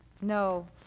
No